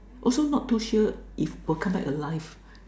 also not too sure if would come back alive